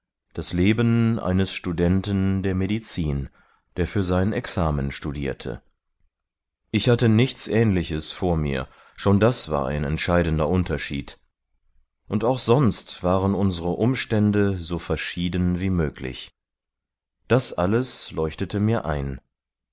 das leben eines studenten der medizin der für sein examen studierte ich hatte nichts ähnliches vor mir schon das war ein entscheidender unterschied und auch sonst waren unsere umstände so verschieden wie möglich das alles leuchtete mir ein